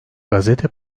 gazete